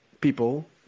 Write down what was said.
people